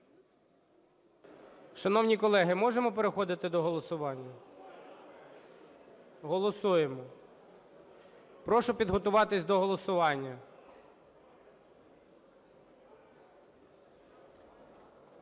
Шановні колеги, можемо переходити до голосування? Голосуємо. Прошу підготуватись до голосування.